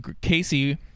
casey